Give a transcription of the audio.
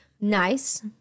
Nice